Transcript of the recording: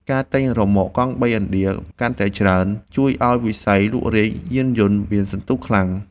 ការទិញរ៉ឺម៉កកង់បីឥណ្ឌាកាន់តែច្រើន ជួយឱ្យវិស័យលក់រាយយានយន្តមានសន្ទុះខ្លាំង។